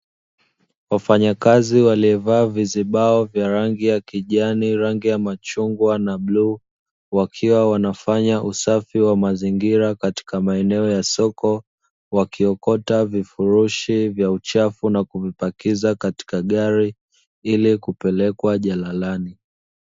Wafanyakazi waliovaa vizibao vya rangi ya kijani, rangi ya machungwa na bluu, wakiwa wanafanya usafi wa mazingira katika maeneo ya soko, wakiokota vifurushi vya uchafu na kuvipakiza katika gari ili kupelekwa jalalani.